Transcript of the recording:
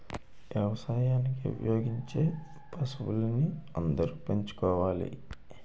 వ్యవసాయానికి ఉపయోగించే పశువుల్ని అందరం పెంచుకోవాలి